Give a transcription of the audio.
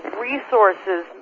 resources